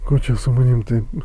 ko čia su manim taip